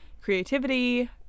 creativity